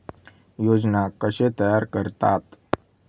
योजना कशे तयार करतात?